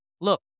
look